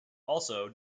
also